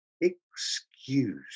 excuse